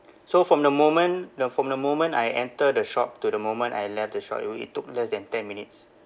so from the moment the from the moment I enter the shop to the moment I left the shop you know it took less than ten minutes